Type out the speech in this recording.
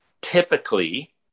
typically